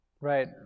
Right